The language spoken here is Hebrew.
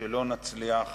שלא נצליח